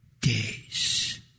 days